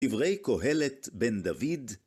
דברי קהלת בן דוד